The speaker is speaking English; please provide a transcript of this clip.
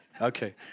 Okay